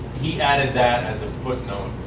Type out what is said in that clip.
he added that as a footnote.